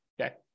Okay